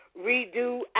redo